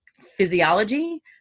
physiology